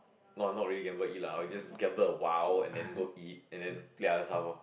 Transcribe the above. no not really gamble and eat lah or you just gamble a while and then go eat and then ya just have lor